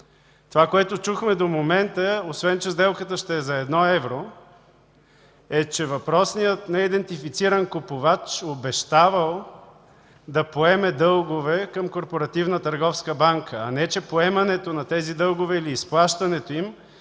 Това, което чухме до момента, освен че сделката ще е за едно евро, е че въпросният неидентифициран купувач обещавал да поеме дългове към КТБ, а не че поемането на тези дългове или изплащането им е елемент